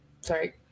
sorry